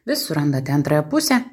vis surandate antąją pusę